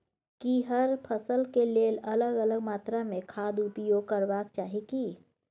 की हर फसल के लेल अलग अलग मात्रा मे खाद उपयोग करबाक चाही की?